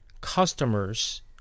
Customers